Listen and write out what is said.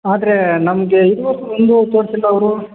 ಆದರೆ ನಮಗೆ ಇದುವರೆಗು ಒಂದೂ ತೋರಿಸಿಲ್ಲ ಅವರು